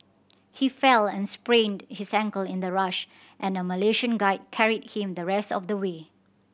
he fell and sprained his ankle in the rush and a Malaysian guide carried him the rest of the way